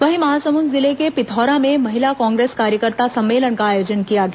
वहीं महासमुंद जिले के पिथौरा में महिला कांग्रेस कार्यकर्ता सम्मेलन का आयोजन किया गया